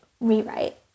rewrite